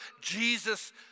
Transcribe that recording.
Jesus